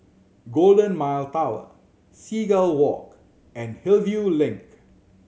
Golden Mile Tower Seagull Walk and Hillview Link